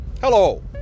Hello